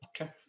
Okay